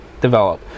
develop